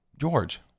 George